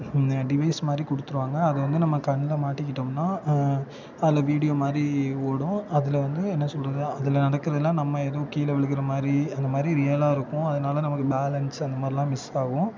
device மாதிரி கொடுத்துருவாங்க அதை வந்து நம்ம கண்ணில் மாட்டிக்கிட்டோம்னா அதில் வீடியோ மாதிரி ஓடும் அதில் வந்து என்ன சொல்கிறது அதில் நடக்கிறதுலாம் நம்ம ஏதோ கீழே விழுகுற மாதிரி அந்த மாதிரி ரியலாக இருக்கும் அதனால நமக்கு பேலன்ஸ் அந்த மாதிரிலாம் மிஸ் ஆகும்